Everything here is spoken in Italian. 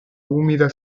umida